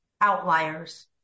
outliers